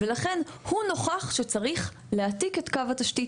ולכן הוא נוכח שצריך להעתיק את קו התשתית.